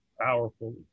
powerful